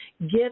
get